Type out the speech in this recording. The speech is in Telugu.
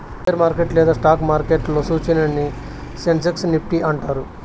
షేరు మార్కెట్ లేదా స్టాక్ మార్కెట్లో సూచీలని సెన్సెక్స్ నిఫ్టీ అంటారు